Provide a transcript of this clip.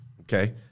okay